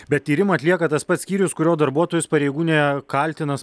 bet tyrimą atlieka tas pats skyrius kurio darbuotojus pareigūnė kaltinas